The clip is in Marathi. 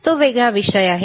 तो वेगळा विषय आहे